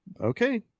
Okay